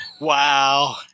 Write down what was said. wow